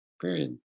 period